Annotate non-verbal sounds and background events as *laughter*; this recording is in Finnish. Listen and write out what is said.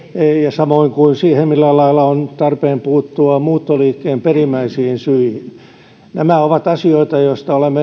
samoin kuin siihen millä lailla on tarpeen puuttua muuttoliikkeen perimmäisiin syihin nämä ovat asioita joista olemme *unintelligible*